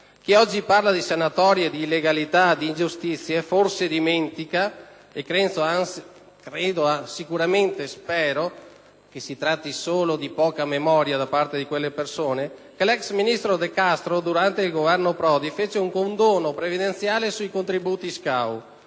Chi oggi parla di sanatoria, di illegalità e di ingiustizia forse dimentica - e credo, anzi spero, si tratti solo di poca memoria da parte di quelle persone - che l'ex ministro De Castro durante il Governo Prodi fece un condono previdenziale sui contributi SCAU